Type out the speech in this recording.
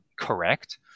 correct